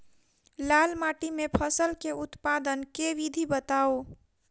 लाल माटि मे फसल केँ उत्पादन केँ विधि बताऊ?